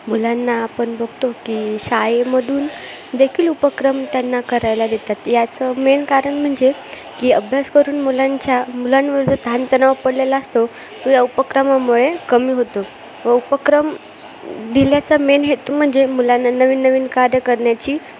मुलांना आपण बघतो की शाळेमधून देखील उपक्रम त्यांना करायला देतात याचं मेन कारण म्हणजे की अभ्यास करून मुलांच्या मुलांवर जो ताणतणाव पडलेला असतो तो या उपक्रमामुळे कमी होतो व उपक्रम दिल्याचा मेन हेतू म्हणजे मुलांना नवीन नवीन कार्य करण्याची